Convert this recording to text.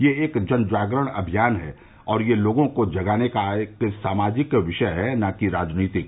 यह एक जनजागरण अभियान है और यह लोगों को जगाने का एक सामाजिक विषय है न कि राजनीतिक